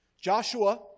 Joshua